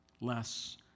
less